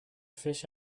fish